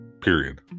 Period